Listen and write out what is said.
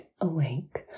awake